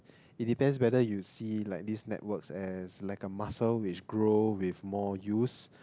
it depends whether you see like this networks as like a muscle which grow with more use